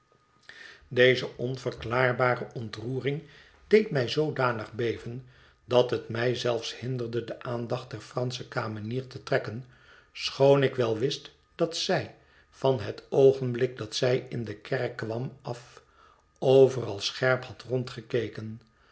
deze onverklaarbare ontroering deed mij zoodanig beven dat het mij zelfs hinderde de aandacht der fransche kamenier te trekken schoon ik wel wist dat zij van het oogenblik dat zij in de kerk kwam af overal scherp had